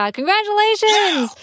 Congratulations